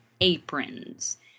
aprons